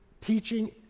teaching